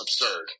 absurd